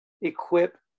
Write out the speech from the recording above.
equip